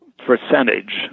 Percentage